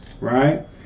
Right